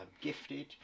gifted